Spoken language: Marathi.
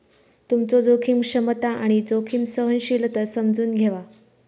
तुमचो जोखीम क्षमता आणि जोखीम सहनशीलता समजून घ्यावा